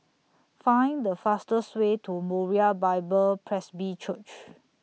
Find The fastest Way to Moriah Bible Presby Church